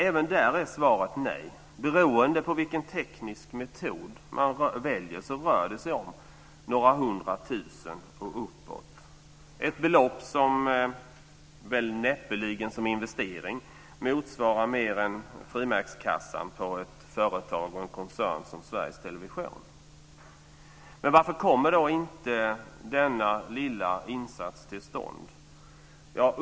Även där är svaret nej. Beroende på vilken teknisk metod man väljer rör det sig om några hundra tusen och uppåt - ett belopp som väl som investering näppeligen motsvarar mer än frimärkskassan på ett företag och en koncern som Sveriges Television. Men varför kommer då inte denna lilla insats till stånd?